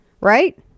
Right